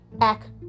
act